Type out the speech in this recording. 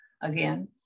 again